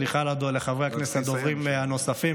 סליחה, חברי הכנסת, הדוברים הנוספים.